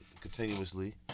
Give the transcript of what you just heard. continuously